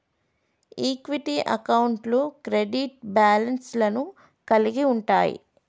equity అకౌంట్లు credit balance లను కలిగి ఉంటయ్